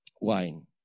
wine